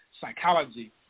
psychology